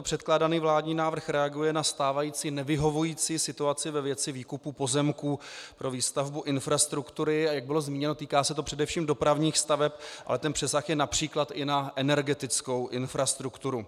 Předkládaný vládní návrh reaguje na stávající nevyhovující situaci ve věci výkupu pozemků pro výstavbu infrastruktury, a jak bylo zmíněno, týká se to především dopravních staveb, ale přesah je např. i na energetickou infrastrukturu.